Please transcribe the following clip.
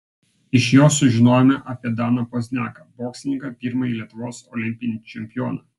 iš jo sužinojome apie daną pozniaką boksininką pirmąjį lietuvos olimpinį čempioną